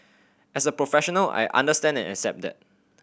as a professional I understand and accept that